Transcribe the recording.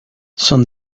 son